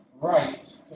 right